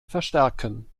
verstärken